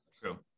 true